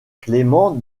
clément